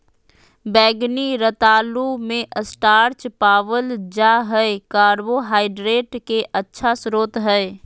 बैंगनी रतालू मे स्टार्च पावल जा हय कार्बोहाइड्रेट के अच्छा स्रोत हय